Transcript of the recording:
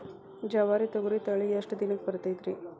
ಜವಾರಿ ತೊಗರಿ ತಳಿ ಎಷ್ಟ ದಿನಕ್ಕ ಬರತೈತ್ರಿ?